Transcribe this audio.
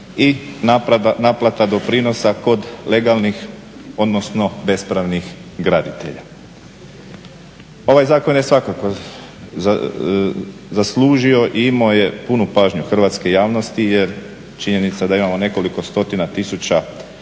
i naplata doprinosa kod legalnih, odnosno bespravnih graditelja. Ovaj zakon je svakako zaslužio i imao je puno pažnju hrvatske javnosti, jer činjenica da imamo nekoliko stotina tisuća